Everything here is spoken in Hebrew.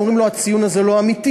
אומרים לו: הציון הזה לא אמיתי,